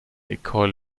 école